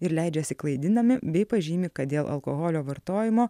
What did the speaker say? ir leidžiasi klaidinami bei pažymi kad dėl alkoholio vartojimo